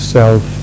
self